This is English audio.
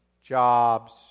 jobs